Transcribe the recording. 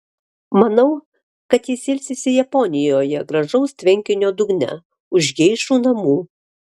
manau kad jis ilsisi japonijoje gražaus tvenkinio dugne už geišų namų